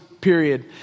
period